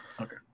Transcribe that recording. Okay